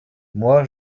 moi